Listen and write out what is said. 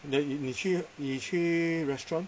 the~ then 你去你去 restaurant